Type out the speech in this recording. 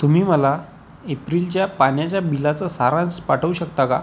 तुम्ही मला एप्रिलच्या पाण्याच्या बिलाचा सारांश पाठवू शकता का